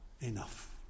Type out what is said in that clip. enough